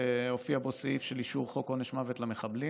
שהופיע בו סעיף של אישור חוק עונש מוות למחבלים.